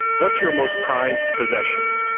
what's your most prized possession?